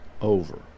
over